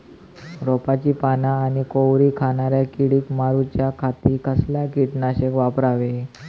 रोपाची पाना आनी कोवरी खाणाऱ्या किडीक मारूच्या खाती कसला किटकनाशक वापरावे?